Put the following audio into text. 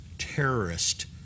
terrorist